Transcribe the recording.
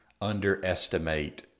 underestimate